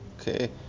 Okay